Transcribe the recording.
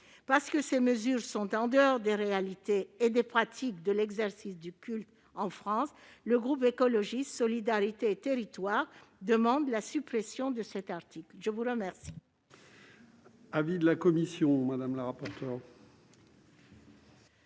Parce que ces mesures sont sans lien avec les réalités et les pratiques de l'exercice du culte en France, le groupe Écologiste - Solidarité et Territoires demande la suppression de cet article. Quel